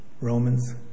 Romans